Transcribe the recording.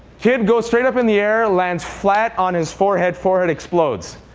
kid goes straight up in the air, lands flat on his forehead. forehead explodes.